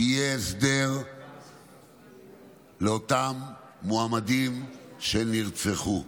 שיהיה הסדר לאותם מועמדים שנרצחו.